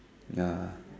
ya